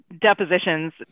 depositions